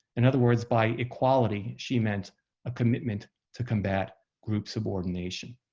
in other words, by equality she meant a commitment to combat group subordination.